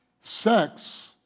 Sex